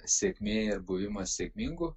sėkmė ir buvimas sėkmingu